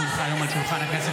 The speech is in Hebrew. כי הונחו היום על שולחן הכנסת,